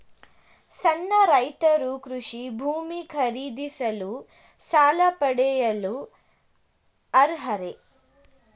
ಸಣ್ಣ ರೈತರು ಕೃಷಿ ಭೂಮಿ ಖರೀದಿಸಲು ಸಾಲ ಪಡೆಯಲು ಅರ್ಹರೇ?